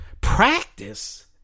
practice